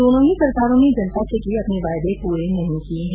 दोनों ही सरकारों ने जनता से किए अपने वायदें पूरे नहीं किए है